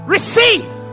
Receive